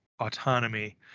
autonomy